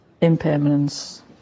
impermanence